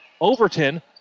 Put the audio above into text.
Overton